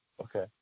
Okay